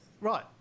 Right